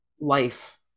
life